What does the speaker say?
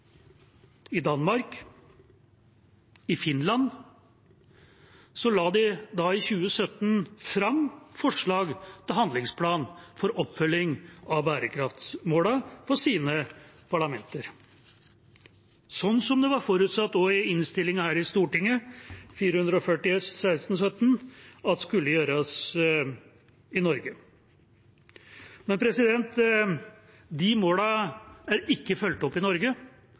i Danmark og i Finland la de i 2017 fram forslag til handlingsplan for oppfølging av bærekraftsmålene for sine parlamenter, sånn som det også var forutsatt i innstillinga til Stortinget, Innst. 440. S for 2016–2017, at skulle gjøres i Norge. Men de målene er ikke fulgt opp i Norge,